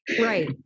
Right